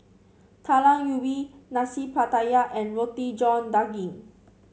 Talam Ubi Nasi Pattaya and Roti John Daging